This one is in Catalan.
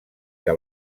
que